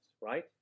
right